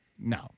no